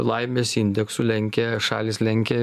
laimės indeksu lenkia šalys lenkia